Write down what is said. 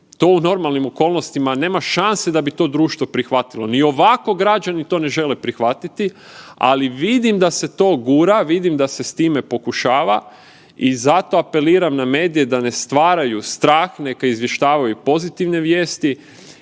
To u normalnim okolnostima nema šanse da bi to društvo prihvatilo, ni ovako građani to ne žele prihvatiti, ali vidim da se to gura, vidim da se s time pokušava. I zato apeliram na medije da ne stvaraju strah, neka izvještavaju pozitivne vijesti